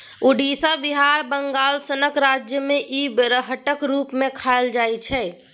उड़ीसा, बिहार, बंगाल सनक राज्य मे इ बेरहटक रुप मे खाएल जाइ छै